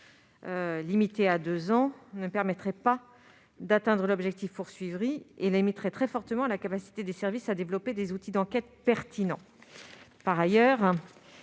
des données, ne permettrait pas d'atteindre l'objectif du texte et réduirait très fortement la capacité des services à développer des outils d'enquête pertinents. Par ailleurs,